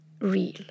real